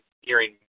hearing